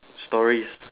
stories